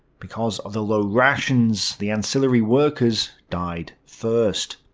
because of the low rations, the ancillary workers died first.